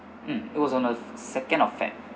mm it was on the s~ second of feb